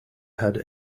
had